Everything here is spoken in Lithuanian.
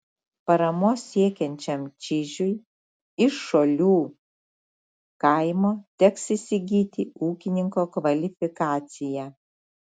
paramos siekiančiam čižiui iš šolių kaimo teks įsigyti ūkininko kvalifikaciją